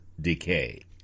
decay